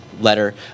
letter